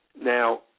Now